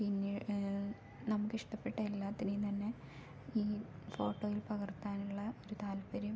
പിന്നെ നമുക്കിഷ്ടപ്പെട്ട എല്ലാത്തിനേയും തന്നെ ഈ ഫോട്ടോയിൽ പകർത്താനുള്ള ഒര് താല്പര്യം